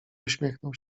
uśmiechnął